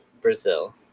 Brazil